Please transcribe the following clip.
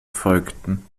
folgten